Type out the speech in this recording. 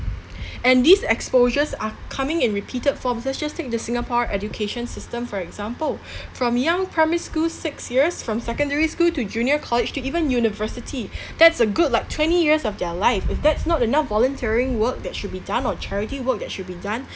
and these exposures are coming in repeated form let's just take the singapore education system for example from young primary school six years from secondary school to junior college to even university that's a good like twenty years of their life if that's not enough volunteering work that should be done or charity work that should be done